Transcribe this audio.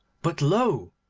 but lo!